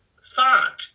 thought